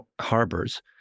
harbors